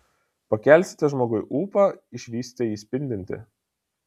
pakelsite žmogui ūpą išvysite jį spindintį